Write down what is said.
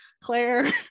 Claire